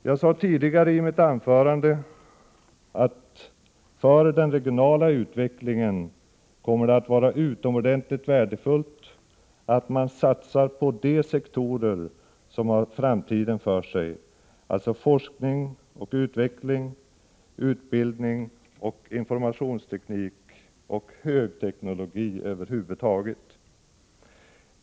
Jag sade tidigare i mitt anförande att det för den regionala utvecklingen kommer att vara utomordentligt värdefullt att man satsar på de sektorer som har framtiden för sig — alltså forskning och utveckling, utbildning, informationsteknik och högteknologi över huvud taget.